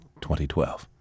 2012